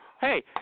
Hey